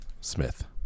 Smith